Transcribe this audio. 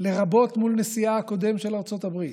לרבות מול נשיאה הקודם של ארצות הברית,